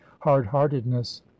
hard-heartedness